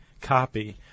copy